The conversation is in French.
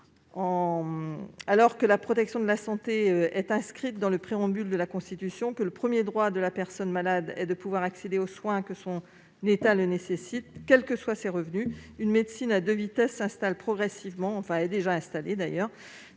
Alors que la protection de la santé est inscrite dans le préambule de la Constitution, que le premier droit de la personne malade est de pouvoir accéder aux soins que son état nécessite quels que soient ses revenus, une médecine à deux vitesses continue à progresser, favorisant les